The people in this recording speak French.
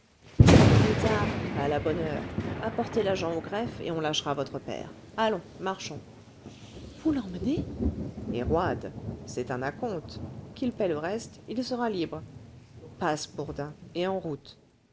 plus tard à la bonne heure apportez l'argent au greffe et on lâchera votre père allons marchons vous l'emmenez et roide c'est un à-compte qu'il paie le reste il sera libre passe bourdin et en route